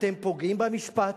אתם פוגעים במשפט,